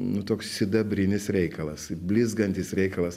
nu toks sidabrinis reikalas blizgantis reikalas